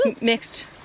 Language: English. mixed